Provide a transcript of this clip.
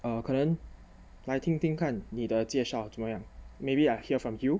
uh 可能来听听看你的介绍怎么样 maybe I hear from you